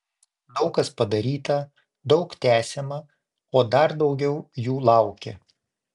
daug kas padaryta daug tęsiama o dar daugiau jų laukia